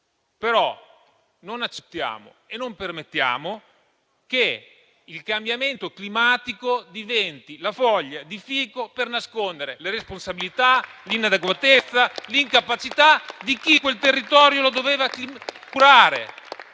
però non accettiamo e non permettiamo che il cambiamento climatico diventi la foglia di fico per nascondere le responsabilità, l'inadeguatezza e l'incapacità di chi quel territorio lo doveva curare.